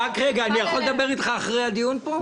אני יכול לדבר איתך אחרי הדיון פה?